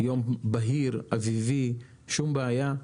יום בהיר ואביבי, שום בעיה,